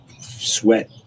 sweat